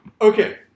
Okay